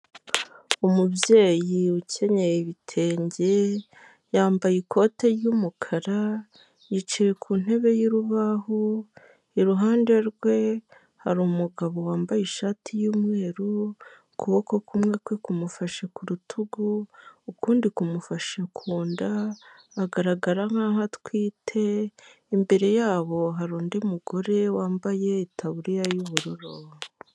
Umubyeyi ukenyeye ibitenge, yambaye ikote ry'umukara, yicaye ku ntebe y'urubahu, iruhande rwe hari umugabo wambaye ishati y'umweru, ukuboko kumwe kwe kumufashe ku rutugu ukundi kumufasha ku nda agaragara nk'aho atwite, imbere yabo hari undi mugore wambaye itaburiya y'ubururu.